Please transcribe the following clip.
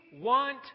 want